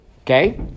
Okay